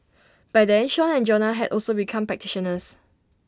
by then Sean and Jonah had also become practitioners